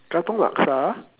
Katong laksa